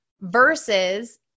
versus